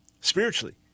spiritually